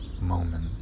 moment